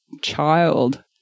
child